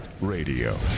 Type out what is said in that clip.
radio